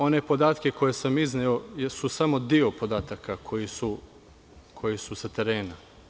One podatke koje sam izneo jesu samo deo podataka koji su sa terena.